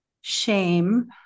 shame